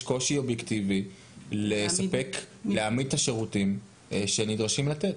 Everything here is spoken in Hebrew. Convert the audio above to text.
קושי אובייקטיבי להעמיד את השירותים שנדרשים לתת?